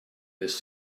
this